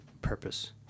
purpose